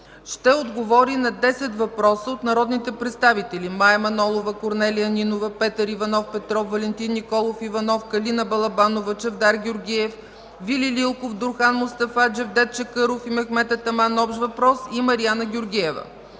ще отговори на десет въпроса от народните представители